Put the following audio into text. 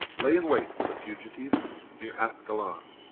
lay in wait for the fugitives near ascalon.